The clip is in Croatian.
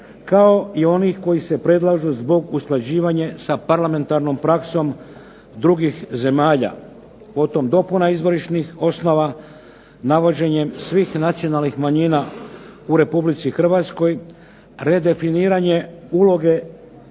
kao i onih koji se predlažu zbog usklađivanja sa parlamentarnom praksom drugih zemalja. Potom, dopuna izvorišnih osnova navođenjem svih nacionalnih manjina u RH, redefiniranje uloge